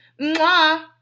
Mwah